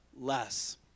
less